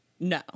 No